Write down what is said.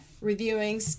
reviewing